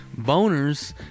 boners